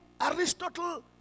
Aristotle